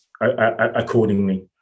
accordingly